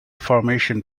formation